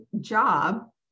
job